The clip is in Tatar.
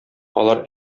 алар